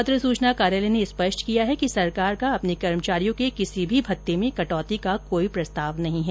पत्र सुचना कार्यालय ने स्पष्ट किया है कि सरकार का अपने कर्मचारियों के किसी भी भत्ते में कटौती का कोई प्रस्ताव नहीं है